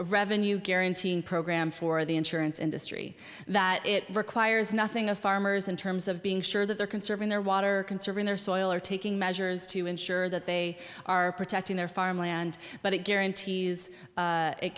revenue guaranteeing program for the insurance industry that it requires nothing of farmers in terms of being sure that they're conserving their water conserving their soil or taking measures to ensure that they are protecting their farmland but it guarantees